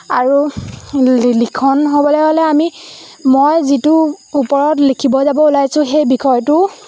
আৰু লিখন হ'বলৈ হ'লে আমি মই যিটো ওপৰত লিখিব যাব ওলাইছোঁ সেই বিষয়টো